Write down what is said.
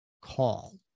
call